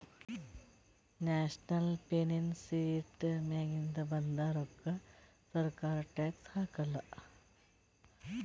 national pension ಸಿಸ್ಟಮ್ನಾಗಿಂದ ಬಂದ್ ರೋಕ್ಕಾಕ ಸರ್ಕಾರ ಟ್ಯಾಕ್ಸ್ ಹಾಕಾಲ್